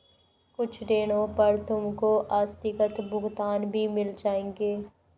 कुछ ऋणों पर तुमको आस्थगित भुगतान भी मिल जाएंगे